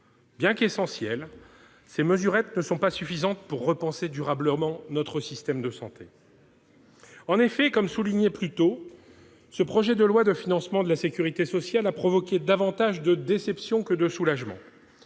bien qu'essentielles, ces mesurettes ne sont pas suffisantes pour repenser durablement notre système de santé. En effet, comme souligné plus tôt, ce projet de loi de financement de la sécurité sociale a provoqué davantage de déception que de soulagement.